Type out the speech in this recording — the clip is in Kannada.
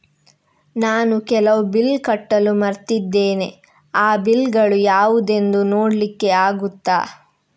ನಾನು ಕೆಲವು ಬಿಲ್ ಕಟ್ಟಲು ಮರ್ತಿದ್ದೇನೆ, ಆ ಬಿಲ್ಲುಗಳು ಯಾವುದೆಂದು ನೋಡ್ಲಿಕ್ಕೆ ಆಗುತ್ತಾ?